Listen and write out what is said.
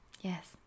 Yes